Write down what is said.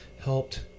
Helped